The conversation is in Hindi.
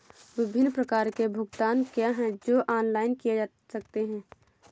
विभिन्न प्रकार के भुगतान क्या हैं जो ऑनलाइन किए जा सकते हैं?